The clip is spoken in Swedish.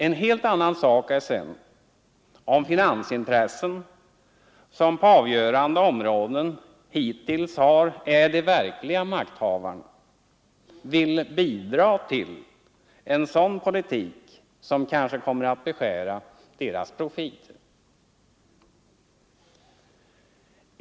En helt annan sak är sedan om de finansintressen som på avgörande områden hitintills är de verkliga makthavarna vill bidra till en sådan politik, som kanske kommer att beskära deras profiter.